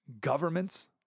government's